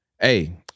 Hey